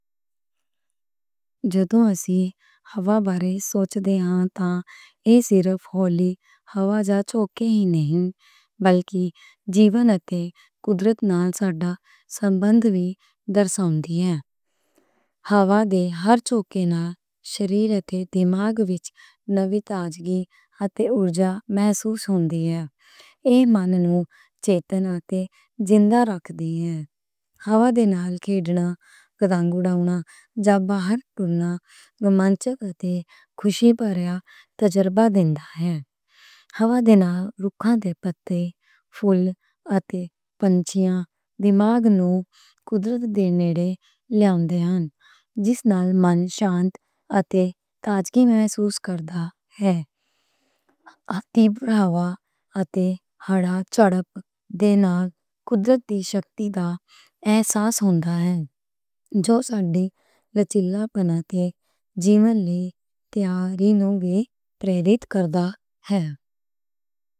جدوں اسی ہوا بارے سوچدے ہاں تے، ایہ صرف ہولی ہوا جاں جھونکے ہی نہیں، بلکہ جیون اتے قدرت نال ساڈا سنبندھ وی درساؤںدی ہے۔ ہوا دے ہر جھونکے نال شریر اتے دماغ وچ نویں تازگی اتے انرجی محسوس ہوندی ہے۔ ایہ مان نوں چتن اتے زندہ رکھ دی ہے۔ ہوا نال کھیلنا، پتنگ اڑاؤنا جاں باہر ٹرنا رومانچک اتے خوشی نال پریا تجربہ دیندا ہے۔ ہوا نال رکھاں دے پتے، پھُل اتے پنچھی دماغ نوں قدرت دے نیڑے لیاؤندے ہن۔ جس نال مان شان اُتے تازگی محسوس ہوندی ہے۔ اتھے پُرہوا اتے ہڈّا چُبھن دے نال قدرت دی شکتی دا احساس ہوندا ہے۔ جو ساڈی لچک اتے جیون لئی تیار رہن نوں وی پریریت کردا ہے۔